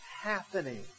happening